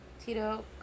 Tito